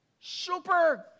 super